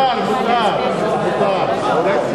אדוני היושב-ראש, אני רוצה לומר כמה מלים.